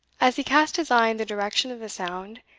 as he cast his eye in the direction of the sound,